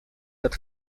that